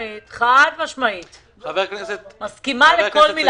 חד משמעית, מסכימה לכל מילה.